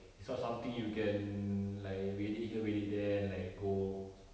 it's not something you can like belek here belek there and like go